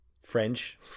French